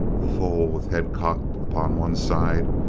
the foal, with head cocked upon one side,